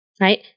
right